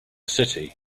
city